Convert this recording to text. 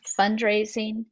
fundraising